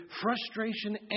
frustration